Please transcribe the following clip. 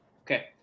Okay